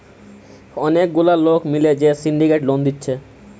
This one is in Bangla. অনেক গুলা লোক মিলে যে সিন্ডিকেট লোন দিচ্ছে